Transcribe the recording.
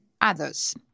others